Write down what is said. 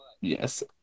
yes